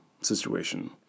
situation